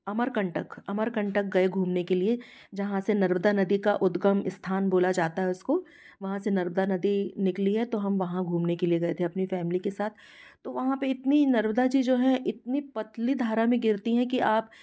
अमरकंटक अमरकंटक गए घूमने के लिए जहाँ से नर्मदा नदी का उद्गम स्थान बोला जाता है उसको वहाँ से नर्मदा नदी निकली हैं तो हम वहाँ घूमने के लिए गए थे अपनी फ़ैमिली के साथ तो वहाँ पर इतनी नर्मदा जी जो है इतनी पतली धारा में गिरती हैं कि आप